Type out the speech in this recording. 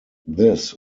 this